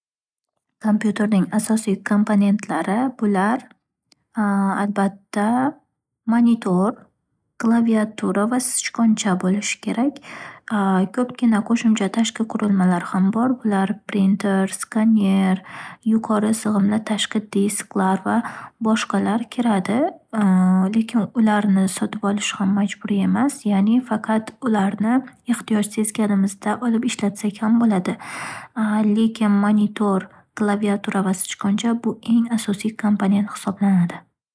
Kompyuterning asosiy komponentlari bular albatta, monitor, klaviatura va sichqoncha bo'lishi kerak. Ko'pgina qo'shimcha tashqi qurilmalar ham bor bular: printer, skaner, yuqori sig'imli tashqi disklar va boshqalar kiradi. Lekin ularni sotib olish ham majburiy emas, ya'ni faqat ularni ehtiyoj sezganimizda olib ishlatsak ham bo'ladi. Lekin, monitor, klaviatura va sichqoncha bu - eng asosiy komponent hisoblanadi.